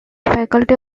faculty